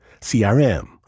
CRM